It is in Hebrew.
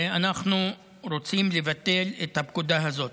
ואנחנו רוצים לבטל את הפקודה הזאת.